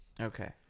okay